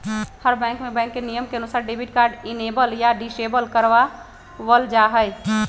हर bank में bank के नियम के अनुसार डेबिट कार्ड इनेबल या डिसेबल करवा वल जाहई